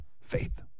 Faith